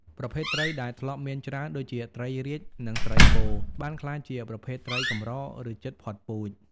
ប្រភេទត្រីដែលធ្លាប់មានច្រើន ដូចជាត្រីរាជ និងត្រីពោ បានក្លាយជាប្រភេទត្រីកម្រ ឬជិតផុតពូជ។